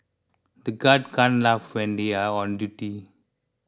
the guards can't laugh when they are on duty